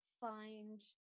find